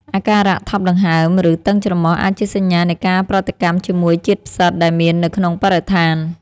អាការៈថប់ដង្ហើម ឬតឹងច្រមុះអាចជាសញ្ញានៃការប្រតិកម្មជាមួយជាតិផ្សិតដែលមាននៅក្នុងបរិស្ថាន។